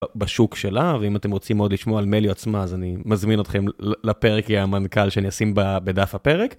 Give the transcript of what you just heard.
בשוק שלה ואם אתם רוצים מאוד לשמוע על melio עצמה אז אני מזמין אתכם לפרק עם המנכ"ל שאני אשים בדף הפרק.